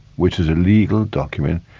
which is a legal document,